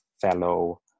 fellow